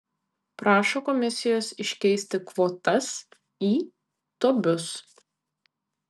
prašo komisijos iškeisti kvotas į tobius